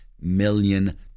million